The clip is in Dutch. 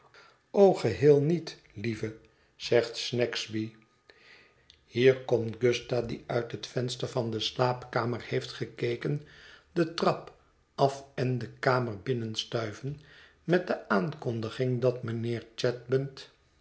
o geheel niet lieve zegt snagsby hier komt gusta die uit het venster van de slaapkamer heeft gekeken de trap af en de kamer binnenstuiven met de aankondiging dat mijnheer chadband